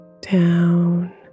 down